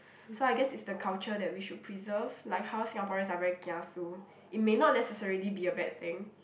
so I guess it's the culture that we should preserve like how Singaporeans are very kiasu it may not necessarily be a bad thing